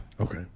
Okay